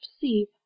perceive